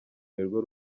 nirwo